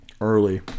early